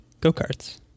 go-karts